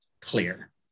clear